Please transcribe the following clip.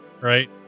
right